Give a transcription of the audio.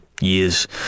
years